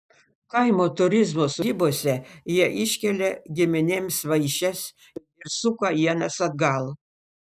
kaimo turizmo sodybose jie iškelia giminėms vaišes ir suka ienas atgal